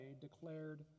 declared